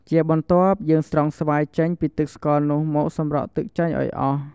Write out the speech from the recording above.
ជាបន្ទាប់ យើងស្រង់ស្វាយចេញពីទឹកស្ករនោះមកសម្រស់ទឹកចេញឱ្យអស់។